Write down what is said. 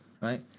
right